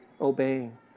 obeying